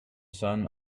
sun